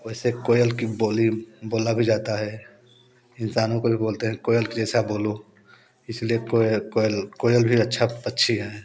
वैसे कोयल की बोली बोला भी जाता है इंसानों को भी बोलते हैं कोयल के जैसा बोलो इसलिए कोयल कोयल कोयल भी अच्छा पक्षी है